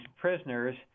prisoners